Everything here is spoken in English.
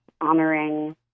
honoring